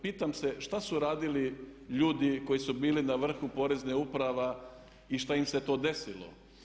Pitam se šta su radili ljudi koji su bili na vrhu Poreznih uprava i što im se to desilo.